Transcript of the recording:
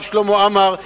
הרב שלמה עמאר,